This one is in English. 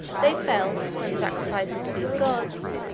they felt, when sacrificing to these gods,